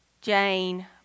Jane